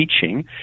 teaching